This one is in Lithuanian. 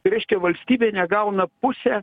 tai reiškia valstybė negauna pusę